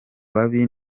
babi